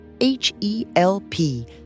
H-E-L-P